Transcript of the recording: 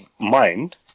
mind